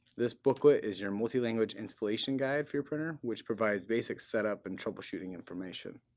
this booklet is your multi-language installation guide for your printer, which provides basic setup and troubleshooting information.